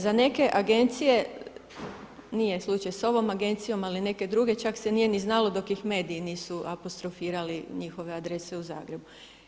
Za neke agencije nije slučaj sa ovom agencijom, ali neke druge, čak se nije ni znalo dok ih mediji nisu apostrofirali njihove adrese u Zagrebu.